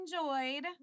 enjoyed